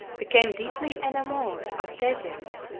became deeply enamored of theseus,